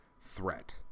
threat